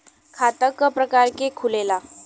खाता क प्रकार के खुलेला?